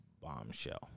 bombshell